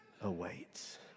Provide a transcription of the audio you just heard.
awaits